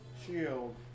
Shield